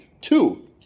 Two